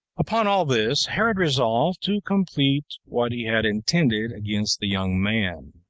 upon all this, herod resolved to complete what he had intended against the young man.